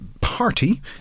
party